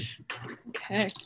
Okay